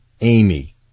Amy